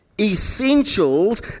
Essentials